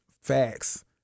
Facts